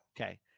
Okay